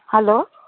hello